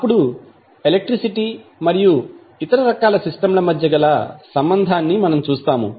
అప్పుడు ఎలక్ట్రిసిటీ మరియు ఇతర రకాల సిస్టం ల మధ్య గల సంబంధాన్ని మనం చూస్తాము